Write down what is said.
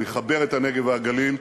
הוא יחבר את הנגב והגליל,